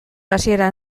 hasiera